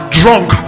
drunk